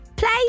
play